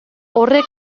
horrek